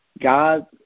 God